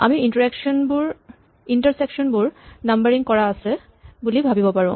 আমি ইন্টাৰছেকচন বোৰ নাম্বাৰিং কৰা আছে বুলি ভাৱিব পাৰো